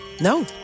No